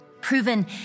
Proven